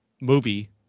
movie